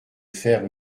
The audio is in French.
faire